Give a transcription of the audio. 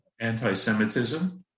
anti-Semitism